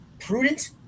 prudent